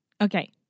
Okay